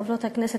חברות הכנסת,